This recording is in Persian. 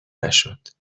نشد